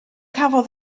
cafodd